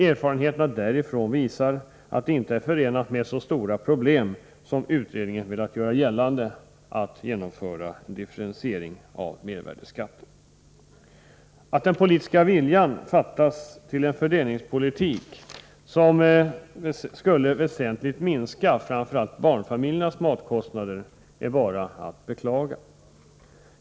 Erfarenheterna därifrån visar att det inte är förenat med så stora problem att genomföra en differentiering av mervärdeskatten som utredningen velat göra gällande. Att den politiska viljan saknas till en fördelningspolitik som skulle väsentligt minska framför allt barnfamiljernas matkostnader är bara att beklaga.